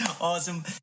Awesome